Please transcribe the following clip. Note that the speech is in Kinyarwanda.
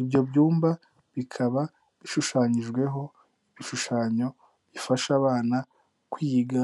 ibyo byumba bikaba bishushanyijweho ibishushanyo bifasha abana kwiga